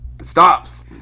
stops